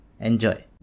enjoy